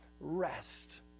rest